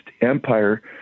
empire